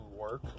work